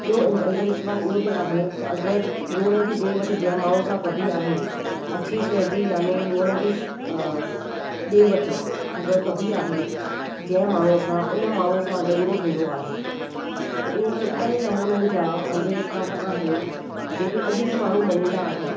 ॿियो अंधु अंधविश्वासु इहो बि आहे त अगरि लूण जी ॾे वठि जंहिं माण्हूअ सां कॿी आहे अछी शइ जी यानि लूण जी ॾे वठि अगरि कबी आहे जंहिं माण्हूअ सां उन माण्हूअ सां झगिड़ो थींदो आहे त ईअं केतिरनि ई नमूननि जा अंधविश्वास आहिनि जेके अॼु बि माण्हू मञींदा आहिनि